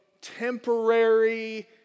temporary